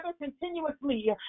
continuously